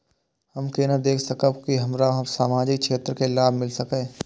हम केना देख सकब के हमरा सामाजिक क्षेत्र के लाभ मिल सकैये?